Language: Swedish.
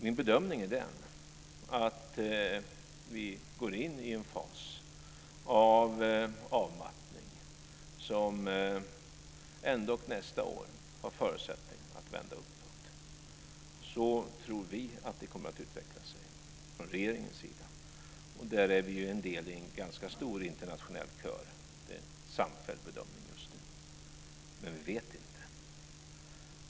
Min bedömning är den att vi går in i en fas av avmattning som ändock nästa år har förutsättning att vända uppåt. Så tror vi från regeringens sida att det kommer att utveckla sig. Där är vi en del i en ganska stor internationell kör. Det är en samfälld bedömning just nu. Men vi vet inte.